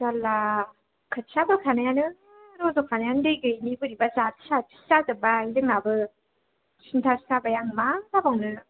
जारला खोथिया फोखानायानो रज'खानायानो दै गैयिनि बोरैबा जाथि जाथि जाजोबबाय जोंनाबो सिनथासो जाबाय आं मा जाबावनो